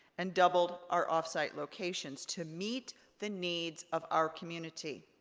and doubled our off-site locations to meet the needs of our community.